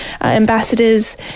ambassadors